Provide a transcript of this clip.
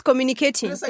Communicating